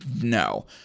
No